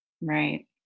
Right